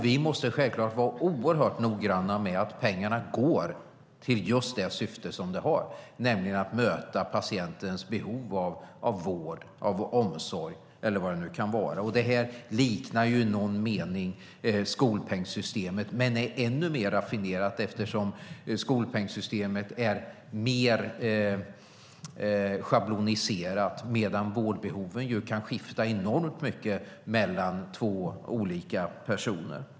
Vi måste självklart vara oerhört noggranna med att pengarna går till just det syfte pengarna har, nämligen att möta patientens behov av vård eller omsorg. Det här liknar i någon mening skolpengssystemet, men är ännu mer raffinerat eftersom skolpengssystemet är mer schabloniserat medan vårdbehoven kan skifta enormt mycket mellan två olika personer.